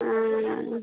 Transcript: হুম